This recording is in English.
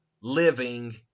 living